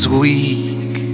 weak